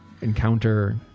encounter